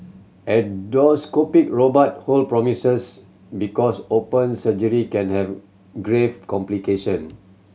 endoscopic robot hold promises because open surgery can have grave complication